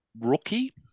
rookie